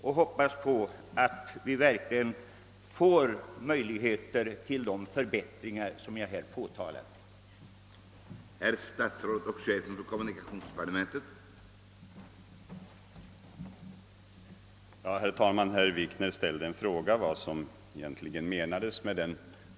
Jag hoppas att det verkligen skall bli möjligt att genomföra de förbättringar som jag talat om.